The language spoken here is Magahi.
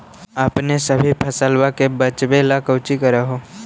अपने सभी फसलबा के बच्बे लगी कौची कर हो?